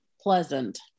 pleasant